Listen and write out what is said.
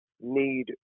need